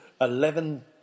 Eleven